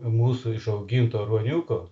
mūsų išauginto ruoniukų